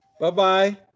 Bye-bye